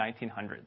1900s